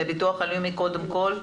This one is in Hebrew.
לביטוח הלאומי קודם כל.